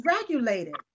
regulated